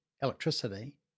electricity